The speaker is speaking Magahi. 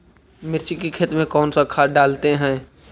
मिर्ची के खेत में कौन सा खाद डालते हैं?